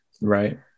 Right